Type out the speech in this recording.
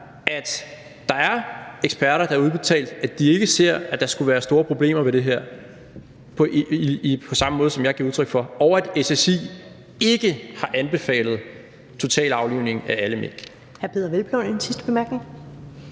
at der er eksperter, der har udtalt, at de ikke ser, at der skulle være store problemer ved det her, på samme måde som jeg giver udtryk for, og at SSI ikke har anbefalet total aflivning af alle mink.